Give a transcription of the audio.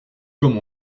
comme